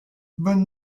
bonne